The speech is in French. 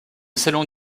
salon